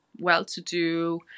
well-to-do